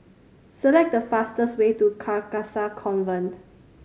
select the fastest way to Carcasa Convent